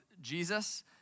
Jesus